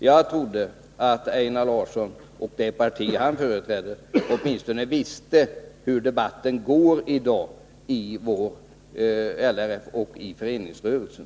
Jag trodde att Einar Larsson och hans parti åtminstone visste hur debatten förs i LRF och i föreningsrörelsen.